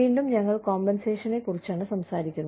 വീണ്ടും ഞങ്ങൾ കോമ്പൻസേഷനെക്കുറിച്ചാണ് സംസാരിക്കുന്നത്